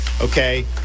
okay